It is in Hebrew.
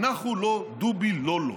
"אנחנו לא דובי לא-לא"